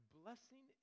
blessing